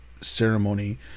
ceremony